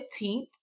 15th